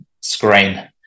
screen